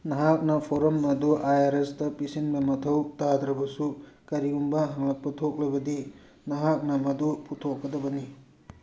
ꯅꯍꯥꯛꯅ ꯐꯣꯔꯝ ꯑꯗꯨ I R ꯑꯦꯁꯇ ꯄꯤꯁꯤꯟꯕ ꯃꯊꯧ ꯇꯥꯗ꯭ꯔꯕꯁꯨ ꯀꯔꯤꯒꯨꯝꯕ ꯍꯪꯂꯛꯄ ꯊꯣꯛꯂꯕꯗꯤ ꯅꯍꯥꯛꯅ ꯃꯗꯨ ꯄꯨꯊꯣꯛꯀꯗꯕꯅꯤ